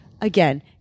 again